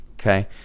Okay